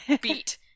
beat